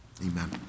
Amen